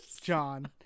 John